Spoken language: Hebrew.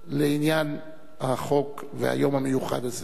לעניין החוק והיום המיוחד הזה.